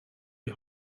die